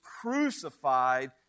crucified